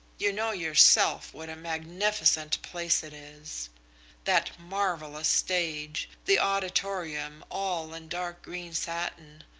you know yourself what a magnificent place it is that marvellous stage, the auditorium all in dark green satin,